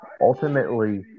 ultimately